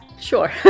sure